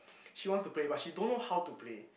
she wants to play but she don't know how to play